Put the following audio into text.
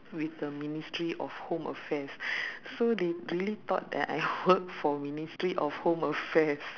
with the ministry of home affairs so they really thought that I worked for ministry of home affairs